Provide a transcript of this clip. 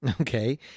Okay